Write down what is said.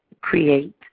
create